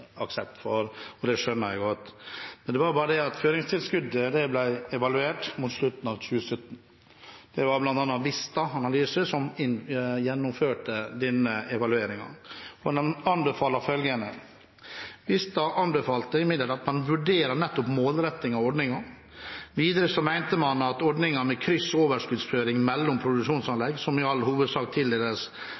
for, og det skjønner jeg godt. Føringstilskuddet ble evaluert mot slutten av 2017. Det var bl.a. Vista Analyse som gjennomførte denne evalueringen. De anbefalte at man vurderte målrettingen av ordningen. Videre mente de at ordningen med kryss- og overskuddsføring mellom produksjonsanlegg, som i all hovedsak tildeles